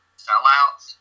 sellouts